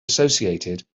associated